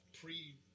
pre